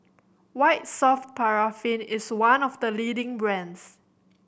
White Soft Paraffin is one of the leading brands